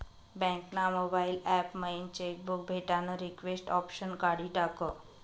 bank ना mobile app मयीन cheque book भेटानं रिक्वेस्ट ऑप्शन काढी टाकं